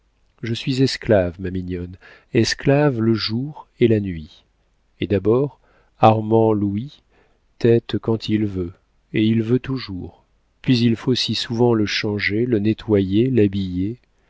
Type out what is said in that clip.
je suis esclave ma mignonne esclave le jour et la nuit et d'abord armand louis tette quand il veut et il veut toujours puis il faut si souvent le changer le nettoyer l'habiller